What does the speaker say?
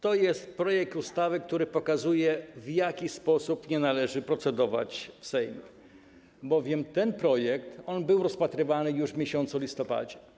To jest projekt ustawy, który pokazuje, w jaki sposób nie należy procedować w Sejmie, bowiem ten projekt był rozpatrywany już w listopadzie.